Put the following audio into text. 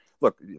look